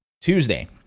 Tuesday